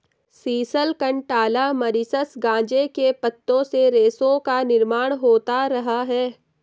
sisal, कंटाला, Mauritius गांजे के पत्तों से रेशों का निर्माण होता रहा है